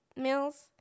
meals